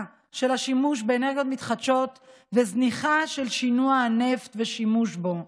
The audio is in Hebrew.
של השימוש באנרגיות מתחדשות וזניחה של שינוע הנפט והשימוש בו.